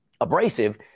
abrasive